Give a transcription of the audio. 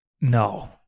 No